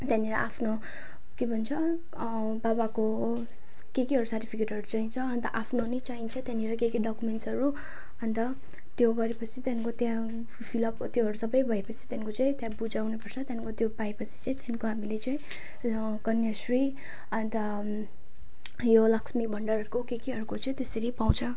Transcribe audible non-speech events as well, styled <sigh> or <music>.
त्यहाँनिर आफ्नो के भन्छ बाबाको के केहरू सर्टिफिकेटहरू चाहिन्छ अन्त आफ्नो पनि चाहिन्छ त्यहाँनिर के के डक्युमेन्ट्सहरू अन्त त्यो गरेपछि त्यहाँदेखिको त्यहाँ फिलअप त्योहरू सबै भएपछि त्यहाँदेखिको चाहिँ त्यहाँ बुझाउनुपर्छ त्यहाँदेखिको त्यो पाएपछि चाहिँ त्यहाँदेखिको हामीले चाहिँ त्यो <unintelligible> कन्याश्री अन्त यो लक्ष्मी भण्डारहरूको के केहरूको चाहिँ त्यसरी पाउँछ